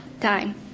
time